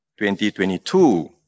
2022